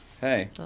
hey